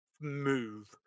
move